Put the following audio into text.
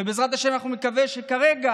ובעזרת השם אני מקווה שכרגע,